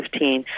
2015